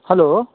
hello